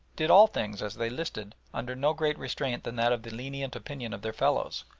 did all things as they listed under no greater restraint than that of the lenient opinion of their fellows,